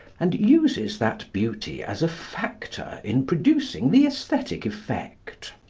and uses that beauty as a factor in producing the aesthetic effect.